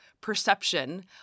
perception